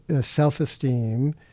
self-esteem